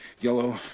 yellow